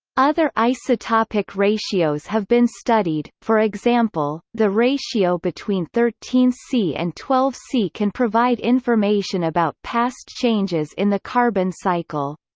other isotopic ratios have been studied, for example, the ratio between thirteen c and twelve c can provide information about past changes in the carbon cycle.